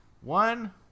One